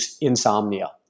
insomnia